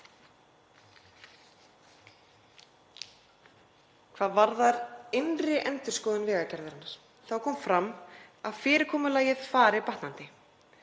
Hvað varðar innri endurskoðun Vegagerðarinnar kom fram að fyrirkomulagið fari batnandi.